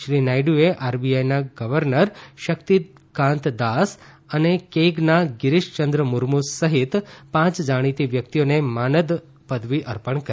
શ્રી નાયડુએ આરબીઆઇના ગર્વનર શક્તિકાંત દાસ અને કેગના ગિરિશયંદ્ર મુર્મુ સહિત પાંચ જાણીતી વ્યક્તિઓને માનત પદવી અપર્ણ કરી